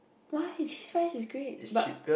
why cheese fries is great but